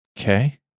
Okay